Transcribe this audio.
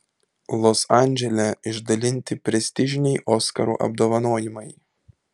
los andžele išdalinti prestižiniai oskarų apdovanojimai